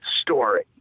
story